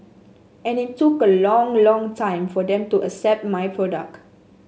and it took a long long time for them to accept my product